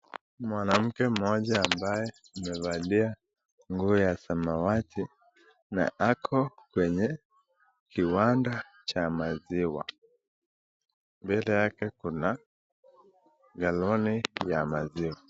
Mwanamke mmoja ambaye amevalia nguo ya samawati na ako kwenye kiwanda cha maziwa, mbele yake kuna galoni ya maziwa.